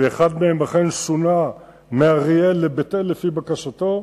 ולאחד מהם אכן שונה מאריאל לבית-אל לפי בקשתו,